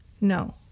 No